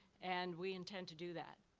and we intend to do that.